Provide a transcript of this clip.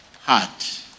Heart